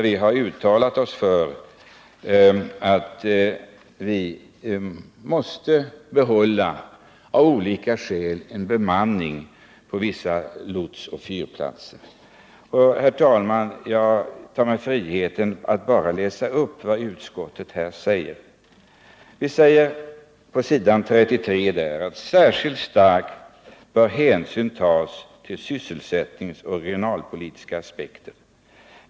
Vi har uttalat oss för att man av olika skäl måste behålla en bemanning på vissa lotsoch fyrplatser. Jag tar mig, herr talman, friheten att läsa upp vad utskottet säger i betänkandet på s. 33: ”Särskilt starkt bör hänsyn tas till sysselsättningsoch regionalpolitiska aspekter.